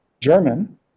German